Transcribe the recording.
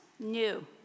new